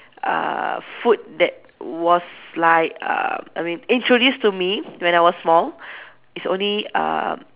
uh food that was like uh I mean introduce to me when I was small is only uh